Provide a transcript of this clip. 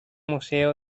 museo